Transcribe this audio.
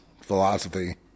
philosophy